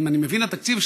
אם אני מבין את התקציב,